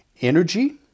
Energy